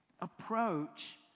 approach